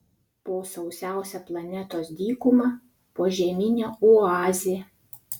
po sausiausia planetos dykuma požeminė oazė